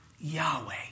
Yahweh